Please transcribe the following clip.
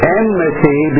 enmity